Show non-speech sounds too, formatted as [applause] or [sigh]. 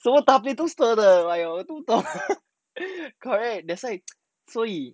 什么大便都 stir 的 !aiyo! then [laughs] correct that's why 所以